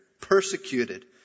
persecuted